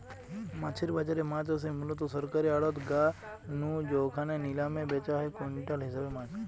মাছের বাজারে মাছ আসে মুলত সরকারী আড়ত গা নু জউখানে নিলামে ব্যাচা হয় কুইন্টাল হিসাবে মাছ